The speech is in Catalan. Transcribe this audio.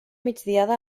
migdiada